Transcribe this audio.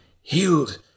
Healed